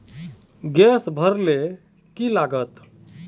Gas भरले की लागत?